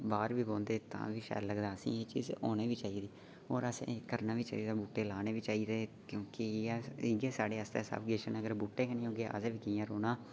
बाह्र बी बौंह्दे तां बी शैल लगदा असें एह् चीज होनी बी चाहिदी करना बी चाहिदा बूह्टे लाने बी चाहिदे क्योंकि इ'यै साढ़े आस्तै